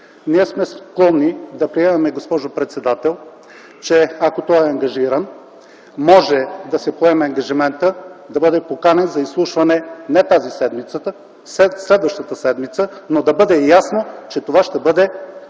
Ние сме склонни да приемем, госпожо председател, че, ако той е ангажиран, може да се поеме ангажиментът да бъде поканен за изслушване не тази седмица, следващата седмица, но да бъде ясно, че това ще бъде